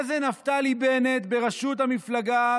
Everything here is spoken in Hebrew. נפתלי בנט היה זה שעמד בראשות המפלגה,